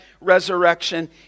resurrection